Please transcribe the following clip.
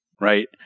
right